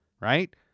right